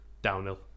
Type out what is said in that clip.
downhill